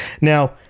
Now